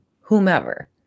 whomever